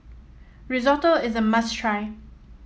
risotto is a must try